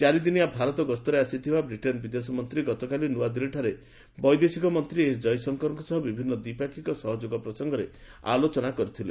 ଚାରି ଦିନିଆ ଭାରତ ଗସ୍ତରେ ଆସିଥିବା ବ୍ରିଟେନ୍ ବିଦେଶ ମନ୍ତ୍ରୀ ଗତକାଲି ନ୍ତଆଦିଲ୍ଲୀରେ ବୈଦେଶିକ ମନ୍ତ୍ରୀ ଏସ୍ ଜୟଶଙ୍କରଙ୍କ ସହ ବିଭିନ୍ନ ଦ୍ୱିପାକ୍ଷିକ ସହଯୋଗ ପ୍ରସଙ୍ଗରେ ଆଲୋଚନା କରିଥିଲେ